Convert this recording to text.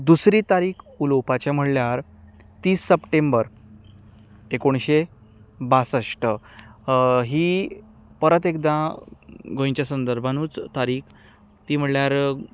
दुसरी तारीख उलोवपाचे म्हणल्यार तीस सप्टेंबर एकोणीशें बासश्ट ही परत एकदा गोंयच्या संदर्भांनूच तारीख ती म्हणल्यार